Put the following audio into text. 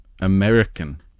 American